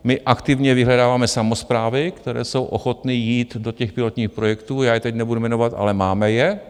My aktivně vyhledáváme samosprávy, které jsou ochotny jít do těch pilotních projektů, já je teď nebudu jmenovat, ale máme je.